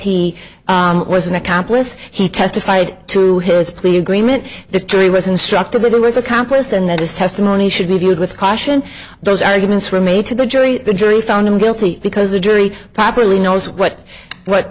he was an accomplice he testified to his plea agreement the jury was instructed to do was accomplice and that his testimony should be viewed with caution those arguments were made to the jury the jury found him guilty because the jury properly knows what what